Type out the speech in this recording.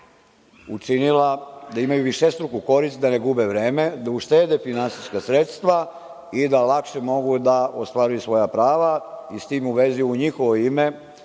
učinila da imaju višestruku korist, da ne gube vreme, da uštede finansijska sredstva i da lakše mogu da ostvaruju svoja prava, i s tim u vezi, u njihovo ime,